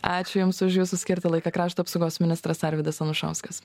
ačiū jums už jūsų skirtą laiką krašto apsaugos ministras arvydas anušauskas